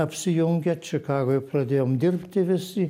apsijungę čikagoj pradėjom dirbti visi